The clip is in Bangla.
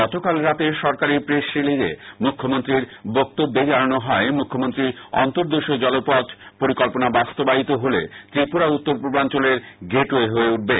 গতকাল রাতে সরকারী প্রেস রিলিজে মুখ্যমন্ত্রীর বক্তব্যে জানানো হয় অন্তর্দেশীয় জলপথ পরিকল্পনা বাস্তবায়িত হলে ত্রিপুরা উত্তর পূর্বাঞ্চলের গেটওয়ে হয়ে উঠবে